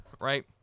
right